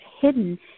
hidden